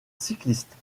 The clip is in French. cyclistes